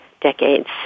decades